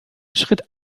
schritt